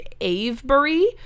Avebury